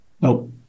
No